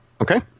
okay